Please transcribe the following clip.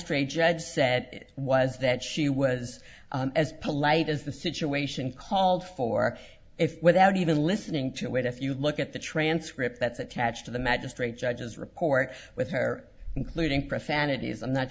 strate judge said was that she was as polite as the situation called for if without even listening to it if you look at the transcript that's attached to the magistrate judge as report with her including profanities i'm not